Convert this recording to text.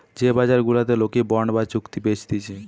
যে বাজার গুলাতে লোকে বন্ড বা চুক্তি বেচতিছে